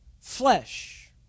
flesh